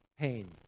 pain